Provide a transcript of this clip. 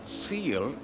seal